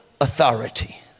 authority